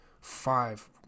five